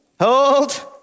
Hold